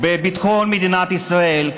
בביטחון מדינת ישראל,